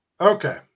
Okay